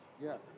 Yes